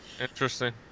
Interesting